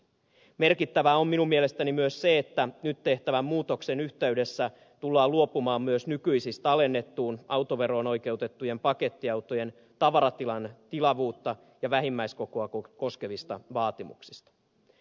merkittävää on minun mielestäni myös se että nyt tehtävän muutoksen yhteydessä tullaan luopumaan myös nykyisistä alennettuun autoveroon oikeutettujen pakettiautojen tavaratilan tilavuutta ja vähimmäiskokoa koskevista vaatimuksista